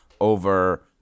over